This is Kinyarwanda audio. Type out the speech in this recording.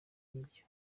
ibiryo